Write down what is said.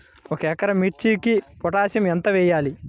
ఒక ఎకరా మిర్చీకి పొటాషియం ఎంత వెయ్యాలి?